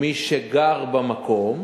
מי שגר במקום,